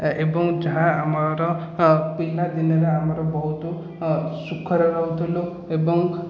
ଏବଂ ଯାହା ଆମର ପିଲାଦିନରେ ଆମର ବହୁତ ସୁଖରେ ରହୁଥିଲୁ ଏବଂ